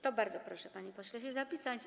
To bardzo proszę, panie pośle, się zapisać.